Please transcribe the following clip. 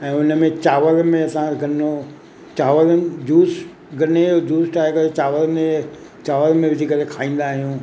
ऐं उन में चांवरनि में असां गन्नो चांवरनि जूस गन्ने जो जूस ठाहे करे चांवरनि में चांवर में विझी करे खाईंदा आहियूं